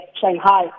Shanghai